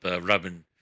rubbing